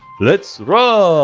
let's roll.